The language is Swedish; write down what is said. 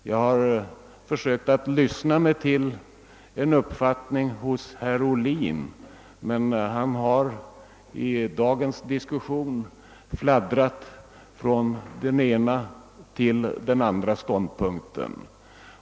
Jag har försökt att lyssna mig till en uppfattning hos herr Ohlin, men han har i dagens diskussion fladdrat från den ena till den andra ståndpunkten.